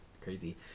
Crazy